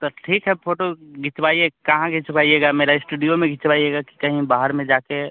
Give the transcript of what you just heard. तो ठीक है फ़ोटो खिंचवाइए कहाँ खिचवाइएगा मेरे स्टूडियो में खिचवाइएगा कि कहीं बाहर में जाकर